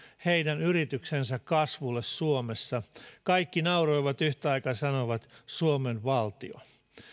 heidän yrityksensä kasvulle suomessa kaikki nauroivat yhtä aikaa ja sanoivat suomen valtio